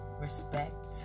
respect